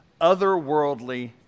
Otherworldly